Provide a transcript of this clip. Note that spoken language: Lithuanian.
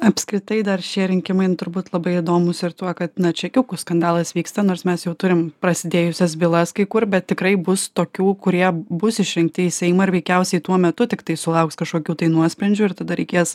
apskritai dar šie rinkimai nu turbūt labai įdomūs ir tuo kad na čekiukų skandalas vyksta nors mes jau turim prasidėjusias bylas kai kur bet tikrai bus tokių kurie bus išrinkti į seimą ir veikiausiai tuo metu tiktai sulauks kažkokių tai nuosprendžių ir tada reikės